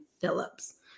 Phillips